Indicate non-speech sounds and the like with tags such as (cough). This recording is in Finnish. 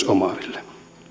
(unintelligible) omaaville